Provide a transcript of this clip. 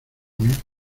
mil